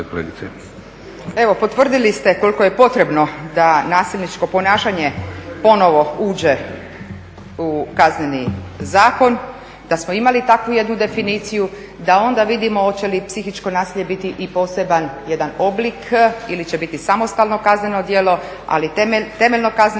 Evo potvrdili ste koliko je potrebno da nasilničko ponašanje ponovo uđe u Kazneni zakon, da smo imali takvu jednu definiciju, da onda vidimo hoće li psihičko nasilje biti i poseban jedan oblik ili će biti samostalno kazneno djelo, ali temeljno kazneno